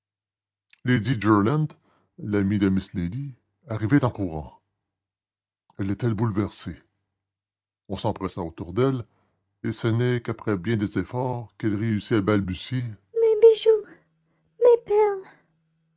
jerland l'amie de miss nelly arrivait en courant elle était bouleversée on s'empressa autour d'elle et ce n'est qu'après bien des efforts qu'elle réussit à balbutier mes bijoux mes perles